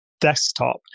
desktop